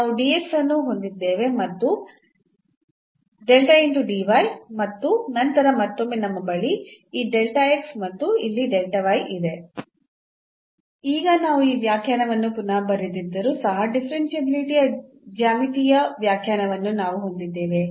ನಾವು ಅನ್ನು ಹೊಂದಿದ್ದೇವೆ ಮತ್ತು del ಮತ್ತು ನಂತರ ಮತ್ತೊಮ್ಮೆ ನಮ್ಮ ಬಳಿ ಈ ಮತ್ತು ಇಲ್ಲಿ ಇದೆ ಈಗ ನಾವು ಆ ವ್ಯಾಖ್ಯಾನವನ್ನು ಪುನಃ ಬರೆದಿದ್ದರೂ ಸಹ ಡಿಫರೆನ್ಷಿಯಾಬಿಲಿಟಿಯ ಜ್ಯಾಮಿತೀಯ ವ್ಯಾಖ್ಯಾನವನ್ನು ನಾವು ಹೊಂದಿದ್ದೇವೆ